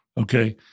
okay